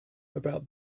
about